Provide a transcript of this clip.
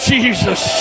Jesus